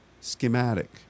schematic